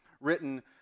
written